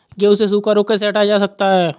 गेहूँ से सूखा रोग कैसे हटाया जा सकता है?